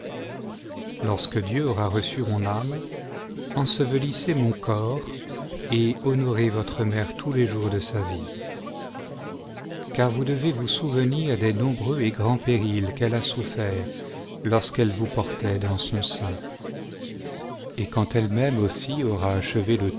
lorsque dieu aura reçu mon âme ensevelissez mou corps et honorez votre mère tous les jours de sa vie car vous devez vous souvenir des nombreux et grands périls qu'elle a soufferts lorsqu'elle vous portait dans son sein et quand elle-même aussi aura achevé le